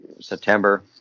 September